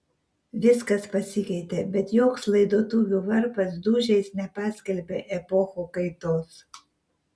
viskas pasikeitė bet joks laidotuvių varpas dūžiais nepaskelbė epochų kaitos